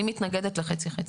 אני מתנגדת לחצי-חצי.